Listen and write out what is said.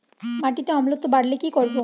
মাটিতে অম্লত্ব বাড়লে কি করব?